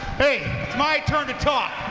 hey it's my turn to talk